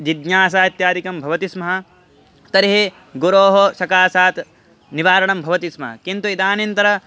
जिज्ञासा इत्यादिकं भवति स्म तर्हि गुरोः सकासात् निवारणं भवति स्म किन्तु इदानीन्तन